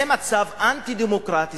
זה מצב אנטי-דמוקרטי,